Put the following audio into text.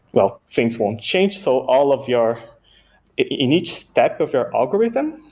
well, things won't change so all of your in each step of your algorithm,